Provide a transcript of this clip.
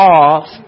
off